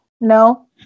No